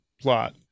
plot